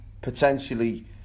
potentially